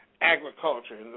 agriculture